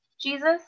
Jesus